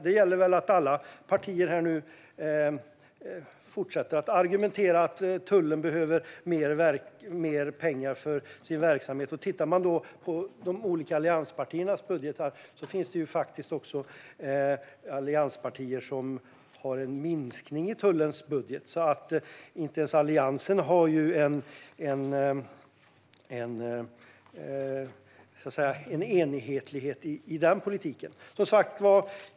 Det gäller väl att alla partier här nu fortsätter att argumentera för att tullen behöver mer pengar för sin verksamhet. Tittar man på de olika allianspartiernas budgetar ser man att det finns allianspartier som har en minskning i anslagen till tullen. Inte ens Alliansen har alltså en enhetlighet i den politiken.